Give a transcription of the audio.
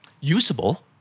usable